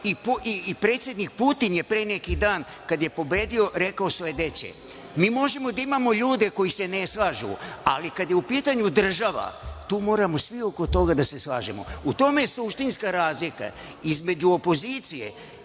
Predsednik Putin je pre neki dan kada je pobedio rekao sledeće – mi možemo da imamo ljude koji se ne slažu, ali kada je u pitanju država, tu moramo svi oko toga da se slažemo.U tome je suštinska razlika. Između opozicije